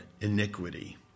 iniquity